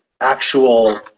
actual